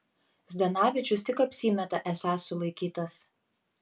zdanavičius tik apsimeta esąs sulaikytas